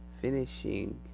finishing